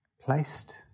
placed